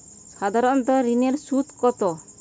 সাধারণ ঋণের সুদ কত?